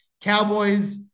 Cowboys